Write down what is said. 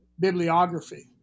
bibliography